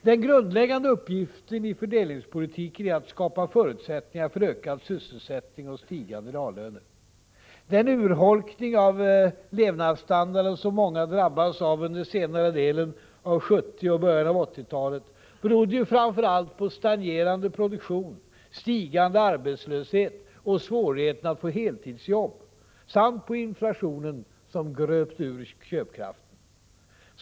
Den grundläggande uppgiften i fördelningspolitiken är att skapa förutsättningar för ökad sysselsättning och stigande reallöner. Den urholkning av levnadsstandarden som många drabbades av under senare delen av 1970 och början av 1980-talet berodde framför allt på stagnerande produktion, stigande arbetslöshet och svårighet att få heltidsjobb samt på inflationen som urgröpte köpkraften.